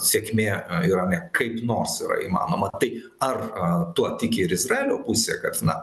sėkmė irane kaip nors yra įmanoma tai ar tuo tiki ir izraelio pusė kad na